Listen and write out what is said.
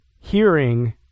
hearing